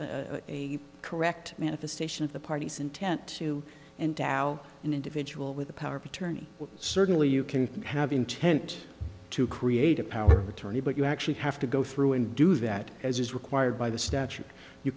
a correct manifestation of the party's intent to and dow an individual with the power of attorney certainly you can have intent to create a power of attorney but you actually have to go through and do that as is required by the